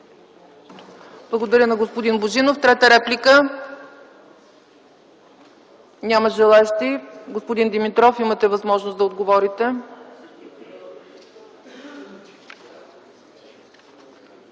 Благодаря на господин Божинов. Трета реплика? Няма желаещи. Господин Димитров, имате възможност да отговорите.